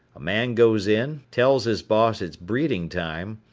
a man goes in, tells his boss it's breeding time,